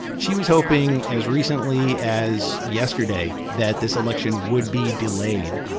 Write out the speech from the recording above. she was hoping as recently as yesterday that this election would be delayed.